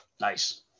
Nice